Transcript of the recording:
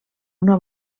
una